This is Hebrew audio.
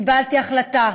קיבלתי החלטה